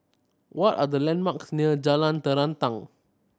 what are the landmarks near Jalan Terentang